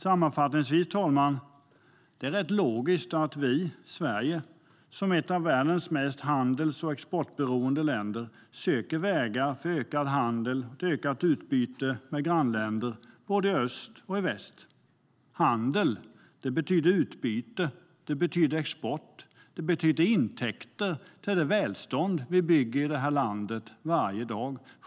Sammanfattningsvis är det logiskt att vi i Sverige som ett av världens mest handels och exportberoende länder söker vägar för ökad handel och ett ökat utbyte med grannländer i både öst och väst. Handel betyder utbyte, det betyder export, det betyder intäkter för det välstånd som vi bygger i det här landet varje dag.